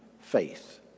faith